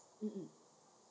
um um